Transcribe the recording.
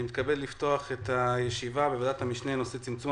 אני מתכבד לפתוח את הישיבה בוועדת המשנה בנושא צמצמום